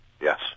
yes